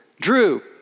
Drew